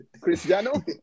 Cristiano